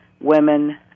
women